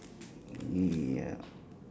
ya